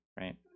right